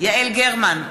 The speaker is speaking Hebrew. יעל גרמן,